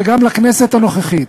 וגם לכנסת הנוכחית.